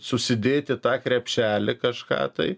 susidėti tą krepšelį kažką tai